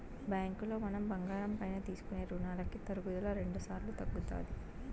బ్యాంకులో మనం బంగారం పైన తీసుకునే రునాలకి తరుగుదల రెండుసార్లు తగ్గుతాది